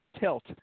tilt